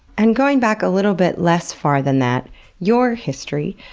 and going back a little bit less far than that your history.